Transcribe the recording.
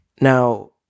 now